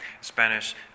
Spanish